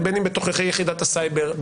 בין אם בתוככי יחידת הסייבר,